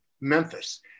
Memphis